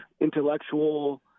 intellectual